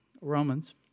Romans